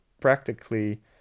practically